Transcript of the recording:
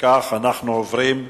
אנחנו עוברים להצבעה.